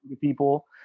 people